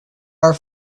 are